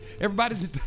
Everybody's